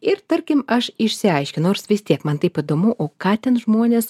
ir tarkim aš išsiauiškinau nors vis tiek man taip įdomu o ką ten žmonės